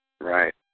Right